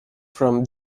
from